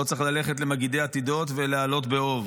לא צריך ללכת למגידי עתידות ולהעלות באוב.